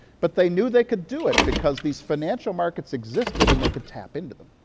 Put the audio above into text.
but they knew they could do it because these financial markets existed and they could tap into them.